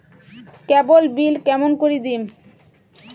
কেবল bill কেমন করি দিম?